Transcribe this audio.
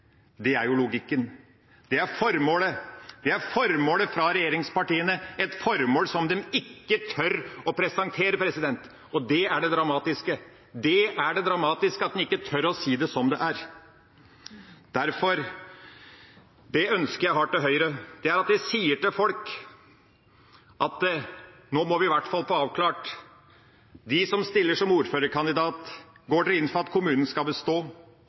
Det er jo logikken. Det er formålet fra regjeringspartiene, et formål som de ikke tør å presentere. Og det er det dramatiske, at en ikke tør å si det som det er. Derfor er det ønsket jeg har til Høyre, at de sier til dem som stiller som ordførerkandidater, for nå må vi i hvert fall få det avklart: Går dere inn for at kommunen skal bestå? Går dere inn for at det skal